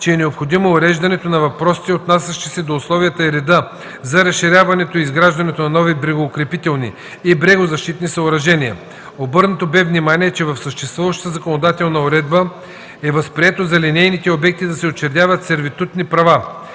че е необходимо уреждане на въпросите, отнасящи се до условията и реда за разширяването и изграждането на нови брегоукрепителни и брегозащитни съоръжения. Обърнато бе внимание, че в съществуващата законодателна уредба е възприето за линейните обекти да се учредяват сервитутни права.